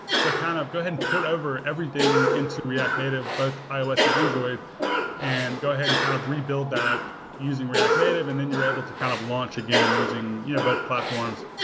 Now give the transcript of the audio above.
so kind of go ahead and port over everything into react native both ios and android and go ahead and kind of rebuild that using react native and then you're able to kind of launch again using you know both platforms.